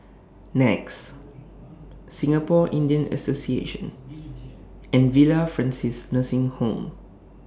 NE X Singapore Indian Association and Villa Francis Nursing Home